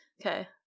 Okay